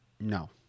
no